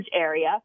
area